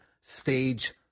stage